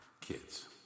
kids